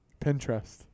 pinterest